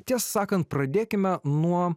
tiesą sakant pradėkime nuo